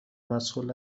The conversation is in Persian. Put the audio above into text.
مسئول